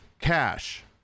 cash